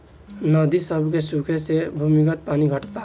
नदी सभ के सुखे से भूमिगत पानी घटता